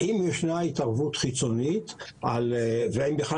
האם ישנה התערבות חיצונית והאם בכלל